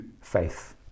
faith